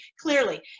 clearly